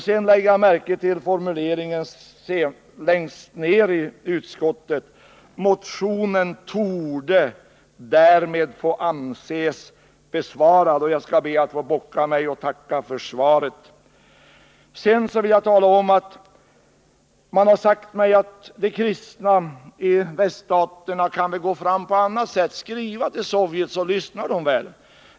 Sedan lägger jag märke till formuleringen längst ner i utskottsbetänkandet: ”Motionen torde därmed få anses besvarad.” Jag skall be att få bocka mig och tacka för svaret. Man har sagt mig att de kristna i väststaterna kan gå fram på annat sätt, t.ex. skriva till Sovjet, så lyssnar de väl.